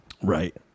Right